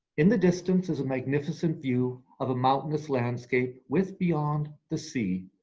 in the distance is a magnificent view of a mountainous landscape with, beyond, the sea,